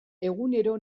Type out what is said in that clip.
egunero